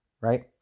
right